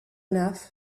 enough